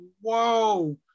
whoa